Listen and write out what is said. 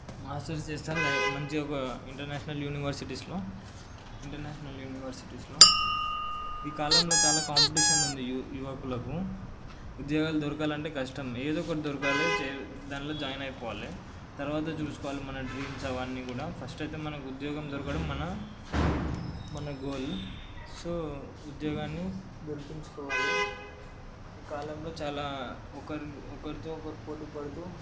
masters చేస్తాను మంచి ఒక ఇంటర్నేషనల్ యూనివర్సిటీస్లో ఇంటర్నేషనల్ యూనివర్సిటీస్లో ఈ కాలంలో చాలా కాంపిటీషన్ ఉంది యువకులకు ఉద్యోగాలు దొరకాలి అంటే కష్టం ఏదో ఒకటి దొరకాలి దాంట్లో జాయిన్ అయిపోవాలి తరువాత చూసుకోవాలి మన డ్రీమ్స్ అవన్నీ కూడా ఫస్ట్ అయితే మనకు ఉద్యోగం దొరకడం మన మన గోల్ సో ఉద్యోగాన్ని దొరికించుకోవాలి ఈ కాలంలో చాలా ఒకరితో ఒకరు పోటీ పడుతూ